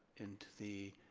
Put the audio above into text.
into the.